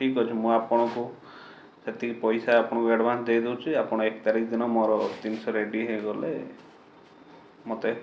ଠିକ୍ ଅଛି ମୁଁ ଆପଣଙ୍କୁ ସେତିକି ପଇସା ଆପଣଙ୍କୁ ଆଡ଼ଭାନ୍ସ ଦେଇ ଦେଉଛି ଆପଣ ଏକ ତାରିଖ ଦିନ ମୋର ଜିନିଷ ରେଡ଼ି ହେଇଗଲେ ମୋତେ